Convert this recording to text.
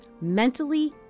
mentally